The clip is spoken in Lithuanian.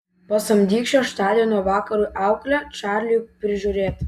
pasamdyk šeštadienio vakarui auklę čarliui prižiūrėti